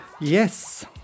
Yes